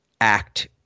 act